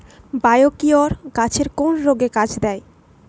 Biocure গাছের কোন রোগে কাজেদেয়?